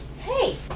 Hey